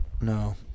No